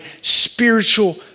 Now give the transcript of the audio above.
spiritual